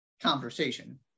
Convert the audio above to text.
conversation